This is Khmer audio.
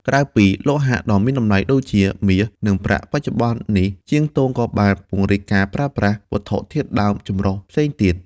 ក្រៅពីលោហៈដ៏មានតម្លៃដូចជាមាស និងប្រាក់ បច្ចុប្បន្ននេះជាងទងក៏បានពង្រីកការប្រើប្រាស់ វត្ថុធាតុដើមចម្រុះ ផ្សេងទៀត។